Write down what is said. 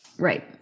Right